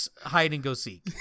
hide-and-go-seek